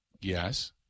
Yes